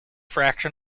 fraction